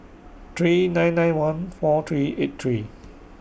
three nine nine one four three eight three